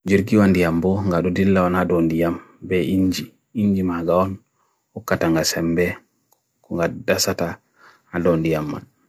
jirkiwan diyambu, ngaru dillawan adon diyambu, be'inji, inji mahgaon, okatanga sembe, kungada sata adon diyambu.